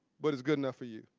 but it's good enough for you?